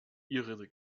ihre